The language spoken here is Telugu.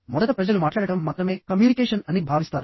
మొదట ప్రజలు మాట్లాడటం మాత్రమే కమ్యూనికేషన్ అని భావిస్తారు